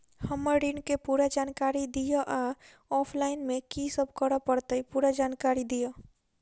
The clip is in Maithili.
हम्मर ऋण केँ पूरा जानकारी दिय आ ऑफलाइन मे की सब करऽ पड़तै पूरा जानकारी दिय?